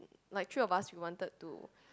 like three of us we wanted to